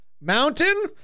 Mountain